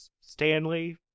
Stanley